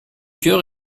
cœur